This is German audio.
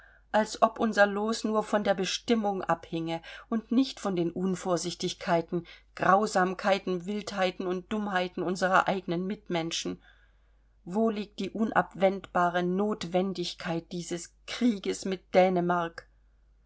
als ob unser loos nur von der bestimmung abhinge und nicht von den unvorsichtigkeiten grausamkeiten wildheiten und dummheiten unserer eigenen mitmenschen wo liegt die unabwendbare notwendigkeit dieses krieges mit dänemark